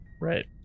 Right